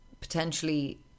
Potentially